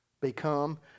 become